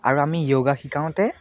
আৰু আমি যোগা শিকাওঁতে